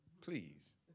please